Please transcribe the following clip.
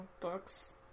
books